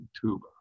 tuba